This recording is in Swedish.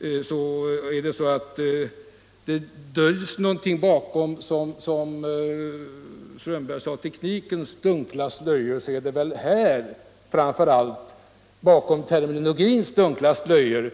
Herr Strömberg sade att det döljs något bakom teknikens dunkla slöjor, men jag vill hävda att det framför allt bakom terminologins dunkla slöjor